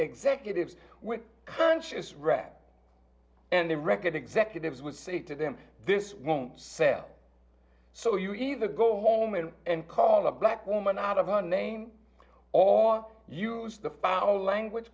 executives with conscious rap and the record executives would say to them this won't sell so you either go home and call a black woman out of her name or use the foul language